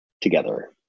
together